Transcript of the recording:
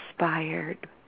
inspired